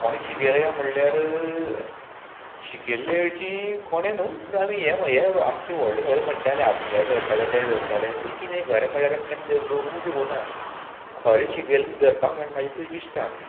कोणें शिकयलें काय म्हणल्यार शिकयल्लें हरशीं कोणें न्हू पूण आमी हें हे आमचे व्हडले सगळें म्हणटाले आमी हें धरताले तें धरताले पूण कितें खरें म्हणल्यार आमी केन्ना धरुंकूच शिकोवना खरें शिकयलें धरपाक म्हण म्हाजें ते इश्टान